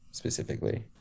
specifically